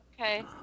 Okay